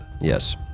Yes